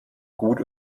gut